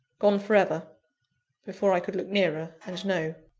gone for ever before i could look nearer, and know.